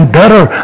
better